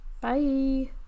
Bye